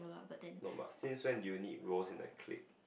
no but since when do you need roles in a clique